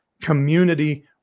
Community